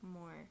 more